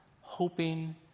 hoping